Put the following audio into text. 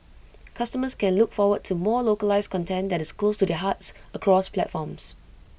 customers can look forward to more localised content that is close to their hearts across platforms